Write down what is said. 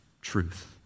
truth